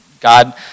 God